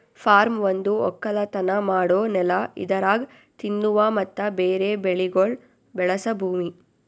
form ಒಂದು ಒಕ್ಕಲತನ ಮಾಡೋ ನೆಲ ಇದರಾಗ್ ತಿನ್ನುವ ಮತ್ತ ಬೇರೆ ಬೆಳಿಗೊಳ್ ಬೆಳಸ ಭೂಮಿ